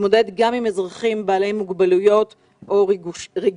להתמודד גם עם אזרחים בעלי מוגבלויות או רגישויות.